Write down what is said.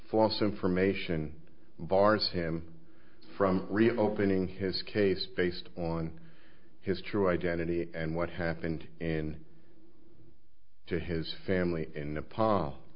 false information bars him from reopening his case based on his true identity and what happened in to his family in